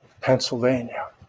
Pennsylvania